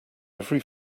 every